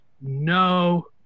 no